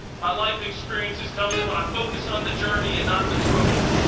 my life experiences tell me that when i focus on the journey and not the trophy,